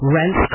rent